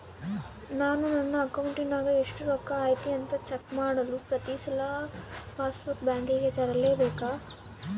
ನಾನು ನನ್ನ ಅಕೌಂಟಿನಾಗ ಎಷ್ಟು ರೊಕ್ಕ ಐತಿ ಅಂತಾ ಚೆಕ್ ಮಾಡಲು ಪ್ರತಿ ಸಲ ನನ್ನ ಪಾಸ್ ಬುಕ್ ಬ್ಯಾಂಕಿಗೆ ತರಲೆಬೇಕಾ?